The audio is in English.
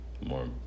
more